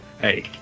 Hey